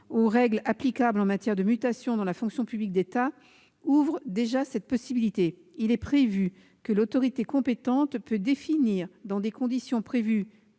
aux règles applicables en matière de mutation dans la fonction publique d'État ouvrent déjà cette possibilité, en prévoyant que l'autorité compétente pourra définir, dans des conditions prévues